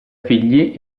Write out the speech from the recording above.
figli